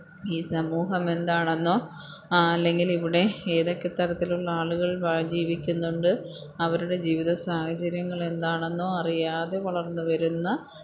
ഈ സമൂഹമെന്താണെന്നോ അല്ലെങ്കിലിവിടെ എതൊക്കെ തരത്തിലുള്ള ആളുകള് വാ ജീവിക്കുന്നുണ്ട് അവരുടെ ജീവിത സാഹചര്യങ്ങളെന്താണെന്നോ അറിയാതെ വളര്ന്ന് വരുന്ന